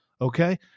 Okay